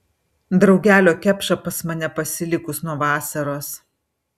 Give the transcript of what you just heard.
draugelio kepša pas mane pasilikus nuo vasaros